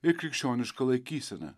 ir krikščionišką laikyseną